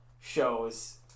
shows